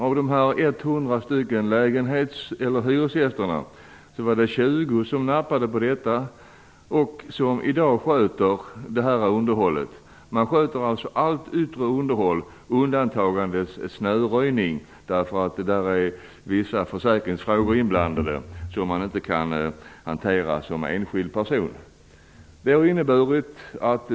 Av de 100 hyresgästerna nappade 20 på detta. De sköter i dag allt yttre underhåll, undantagandes snöröjning - där är vissa försäkringsfrågor inblandade som man som enskild person inte kan hantera.